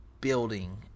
building